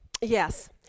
Yes